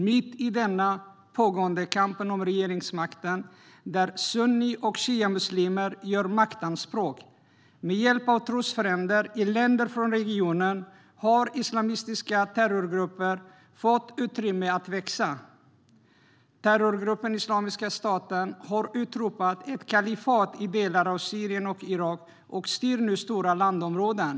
Mitt i den pågående kampen om regeringsmakten, där sunni och shiamuslimer gör maktanspråk med hjälp av trosfränder i länder från regionen, har islamistiska terrorgrupper fått utrymme att växa. Terrorgruppen Islamiska staten har utropat ett kalifat i delar av Syrien och Irak. Man styr nu över stora landområden.